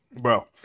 Bro